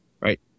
right